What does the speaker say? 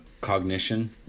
cognition